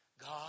God